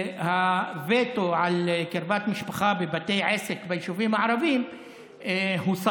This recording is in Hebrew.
והווטו על קרבת משפחה בבתי עסק ביישובים הערביים הוסר.